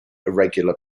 irregular